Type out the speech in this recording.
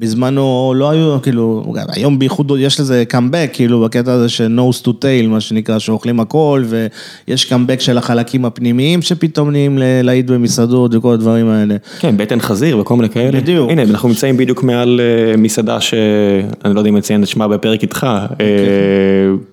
בזמנו לא היו כאילו, היום בייחוד יש לזה קאמבק, כאילו בקטע הזה של NOSE TO TAIL, מה שנקרא, שאוכלים הכל ויש קאמבק של החלקים הפנימיים שפתאום נהיים להיט במסעדות וכל הדברים האלה. כן, בטן חזיר וכל מיני כאלה. בדיוק. הנה אנחנו נמצאים בדיוק מעל מסעדה שאני לא יודע אם לציין את שמה בפרק איתך.